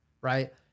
right